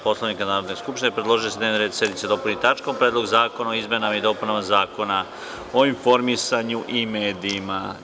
Poslovnika Narodne skupštine, predložio je da se dnevni red sednice dopuni tačkom – Predlog zakona o izmenama i dopunama Zakona o informisanju i medijima.